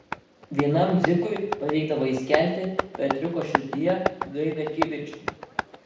vienam dzikui pavykdavo įskelti petriuko širdyje gaivią kibirkštį